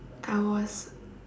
I was